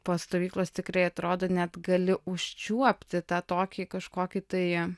po stovyklos tikrai atrodo net gali užčiuopti tą tokį kažkokį tai